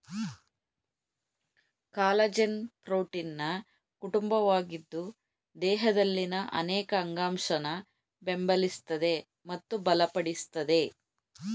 collagen ಪ್ರೋಟೀನ್ನ ಕುಟುಂಬವಾಗಿದ್ದು ದೇಹದಲ್ಲಿನ ಅನೇಕ ಅಂಗಾಂಶನ ಬೆಂಬಲಿಸ್ತದೆ ಮತ್ತು ಬಲಪಡಿಸ್ತದೆ